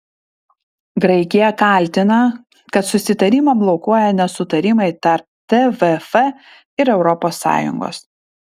graikija kaltina kad susitarimą blokuoja nesutarimai tarp tvf ir europos sąjungos